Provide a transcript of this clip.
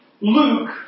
Luke